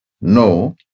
No